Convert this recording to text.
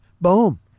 Boom